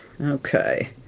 Okay